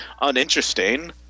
uninteresting